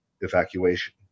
evacuation